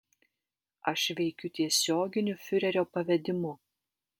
aš veikiu tiesioginiu fiurerio pavedimu